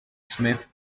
smith